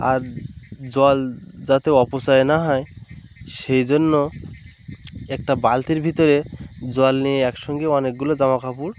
আর জল যাতে অপচয় না হয় সেই জন্য একটা বালতির ভিতরে জল নিয়ে একসঙ্গে অনেকগুলো জামা কাপড়